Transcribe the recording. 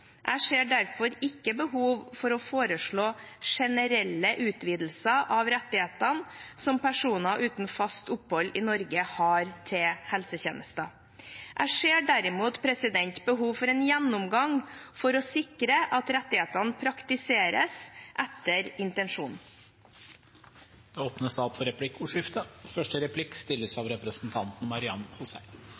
Jeg ser derfor ikke behov for å foreslå generelle utvidelser av rettighetene som personer uten fast opphold i Norge har til helsetjenester. Jeg ser derimot behov for en gjennomgang for å sikre at rettighetene praktiseres etter intensjonen. Det